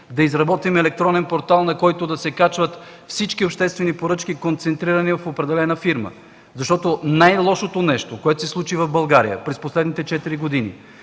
да изработим електронен портал, на който да се качват всички обществени поръчки, концентрирани в определена фирма. Най-лошото нещо, което се случи в България през последните четири години,